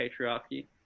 patriarchy